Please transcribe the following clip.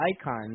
Icons